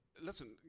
listen